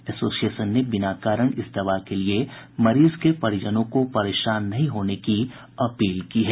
association ने बिना कारण इस दवा के लिये मरीज के परिजनों को परेशान नहीं होने की अपील की है